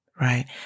right